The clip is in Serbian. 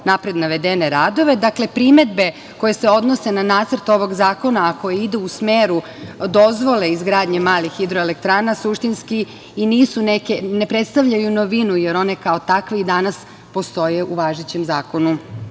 napred navedene radove. Dakle, primedbe koje se odnose na nacrt ovog zakona, a koje idu u smeru dozvole izgradnje malih hidroelektrana, suštinski i ne predstavljaju novinu, jer one kao takve i danas postoje u važećem zakonu